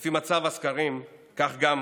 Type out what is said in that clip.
לפי מצב הסקרים כך גם